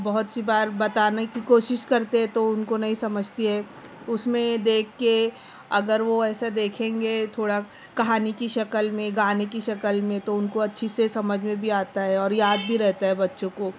بہت سی بار بتانے کی کوشش کرتے ہیں تو ان کو نہیں سمجھتی ہے اس میں دیکھ کے اگر وہ ایسا دیکھیں گے تھوڑا کہانی کی شکل میں گانے کی شکل میں تو ان کو اچھی سے سمجھ میں بھی آتا ہے اور یاد بھی رہتا ہے بچوں کو